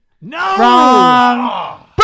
No